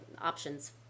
options